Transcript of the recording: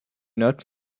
not